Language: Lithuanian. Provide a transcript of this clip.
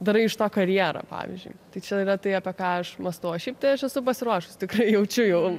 darai iš to karjerą pavyzdžiui tai čia yra tai apie ką aš mąstau o šiaip tai aš esu pasiruošusi tikrai jaučiu